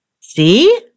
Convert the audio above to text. see